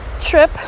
trip